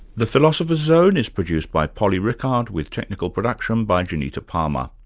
the philosopher's zone is produced by polly rickard with technical production by janita palmer.